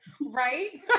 Right